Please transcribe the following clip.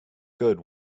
good